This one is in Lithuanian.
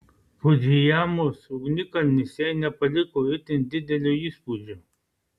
fudzijamos ugnikalnis jai nepaliko itin didelio įspūdžio